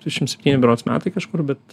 trisdešim septyni berods metai kažkur bet